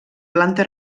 planta